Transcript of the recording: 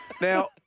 Now